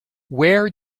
where